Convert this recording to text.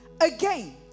Again